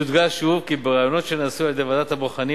יודגש שוב כי בראיונות שנעשו על-ידי ועדת הבוחנים